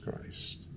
Christ